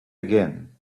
again